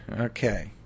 Okay